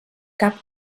cap